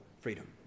freedom